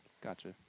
Gotcha